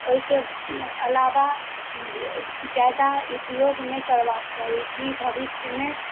ओइके अलावा जादा उपयोग नहि करबाक चाही कि भविष्यमे